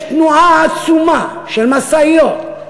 יש תנועה עצומה של משאיות,